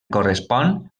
correspon